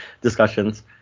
discussions